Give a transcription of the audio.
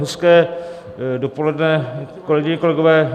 Hezké dopoledne, kolegyně, kolegové.